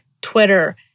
Twitter